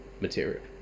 material